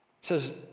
says